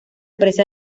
presa